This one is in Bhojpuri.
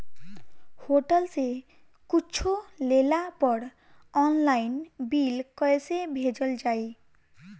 होटल से कुच्छो लेला पर आनलाइन बिल कैसे भेजल जाइ?